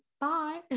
bye